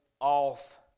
off